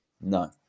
no